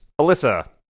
Alyssa